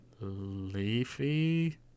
Leafy